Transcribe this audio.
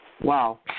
Wow